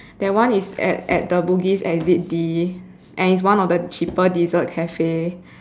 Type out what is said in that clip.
that one is at at the Bugis exit D and is one of the cheaper dessert cafe